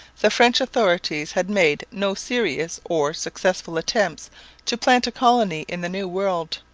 the french authorities had made no serious or successful attempt to plant a colony in the new world.